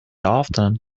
often